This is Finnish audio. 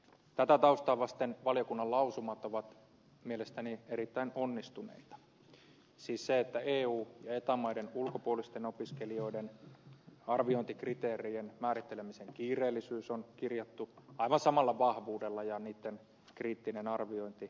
tätä taustaa vasten valiokunnan lausumat ovat mielestäni erittäin onnistuneita siis se että eu ja eta maiden ulkopuolisten opiskelijoiden arviointikriteerien määrittelemisen kiireellisyys on kirjattu aivan samalla vahvuudella ja niitten kriittinen arviointi niin ikään